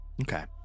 okay